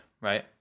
right